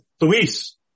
Luis